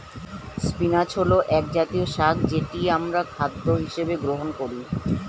spinach হল একজাতীয় শাক যেটি আমরা খাদ্য হিসেবে গ্রহণ করি